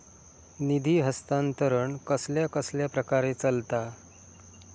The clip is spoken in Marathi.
निधी हस्तांतरण कसल्या कसल्या प्रकारे चलता?